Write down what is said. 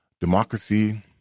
democracy